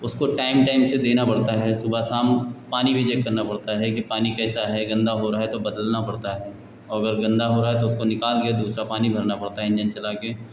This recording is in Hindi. उसको टाइम टाइम से देना पड़ता है सुबह शाम पानी भी चेक करना पड़ता है कि पानी कैसा है गंदा हो रहा है तो बदलना पड़ता है और अगर गंदा हो रहा है तो उसको निकालकर दूसरा भरना पड़ता हैं इंजन चलाकर